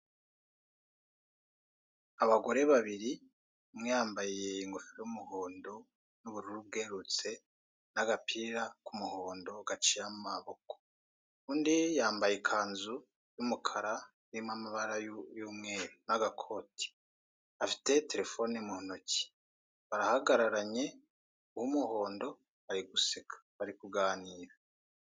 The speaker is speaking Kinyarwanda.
Abagore babiri, umwe yambaye ingofero y'umuhondo n'ubururu bwerurutse n'agapira k'umuhondo gaciye amaboko, undi yambaye ikanzu y'umukara irimo amabara y'umweru n'agakoti, afite terefone mu ntoki, barahagararanye uw'umuhondo ari guseka bari kuganira.